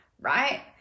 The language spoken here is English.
right